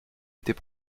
était